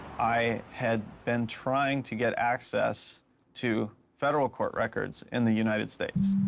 i had been trying to get access to federal court records in the united states.